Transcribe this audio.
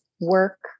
work